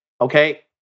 Okay